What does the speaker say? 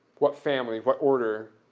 what family, what order